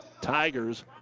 Tigers